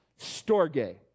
Storge